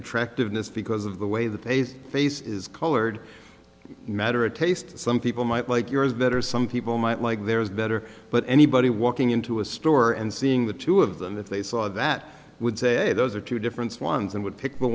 attractiveness because of the way the paste face is colored matter of taste some people might like yours better some people might like there's better but anybody walking into a store and seeing the two of them if they saw that would say those are two different swans and would pick the